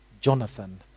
Jonathan